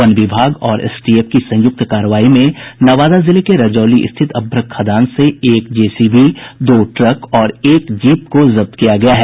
one विभाग और STF की संयुक्त कार्रवाई में नवादा जिले के रजौली स्थित अभ्रक खदान से एक जेसीबी दो ट्रक और एक जीप को जब्त किया गया है